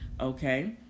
okay